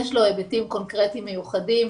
יש לו היבטים קונקרטיים מיוחדים.